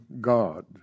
God